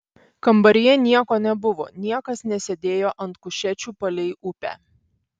kambaryje nieko nebuvo niekas nesėdėjo ant kušečių palei upę